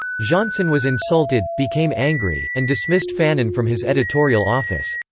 jeanson was insulted, became angry, and dismissed fanon from his editorial office.